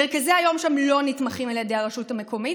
מרכזי היום שם לא נתמכים על ידי הרשות המקומית,